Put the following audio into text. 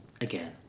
again